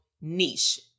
niche